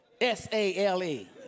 S-A-L-E